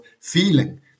feeling